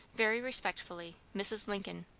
very respectfully, mrs. lincoln.